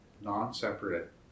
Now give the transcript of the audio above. non-separate